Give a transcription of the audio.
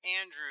Andrew